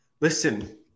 listen